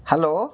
hello